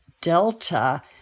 delta